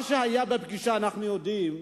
מה שהיה בפגישה אנחנו יודעים.